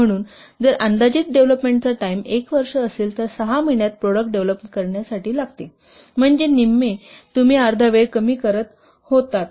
म्हणून जर अंदाजित डेव्हलपमेंटचा टाईम 1 वर्ष असेल तर 6 महिन्यांत प्रॉडक्ट डेव्हलप करण्यासाठी म्हणजे निम्मे तुम्ही अर्धा वेळ कमी करत आहात